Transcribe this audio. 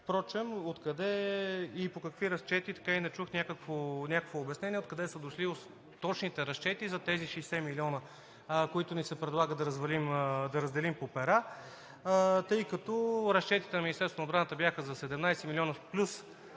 впрочем откъде и по какви разчети – така и не чух някакво обяснение, откъде са дошли точните разчети за тези 60 млн. лв., които ни се предлага да разделим по пера, тъй като разчетите на Министерството на отбраната бяха за 17 млн. лв.